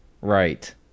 Right